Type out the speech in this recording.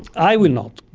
i will not,